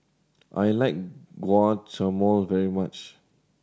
I like Guacamole very much